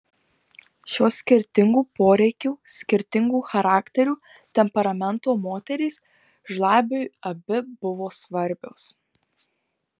šios skirtingų poreikių skirtingų charakterių temperamento moterys žlabiui abi buvo svarbios